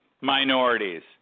minorities